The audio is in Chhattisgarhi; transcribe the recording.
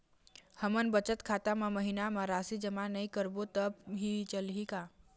हमन बचत खाता मा महीना मा राशि जमा नई करबो तब भी चलही का?